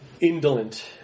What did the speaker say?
indolent